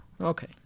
Okay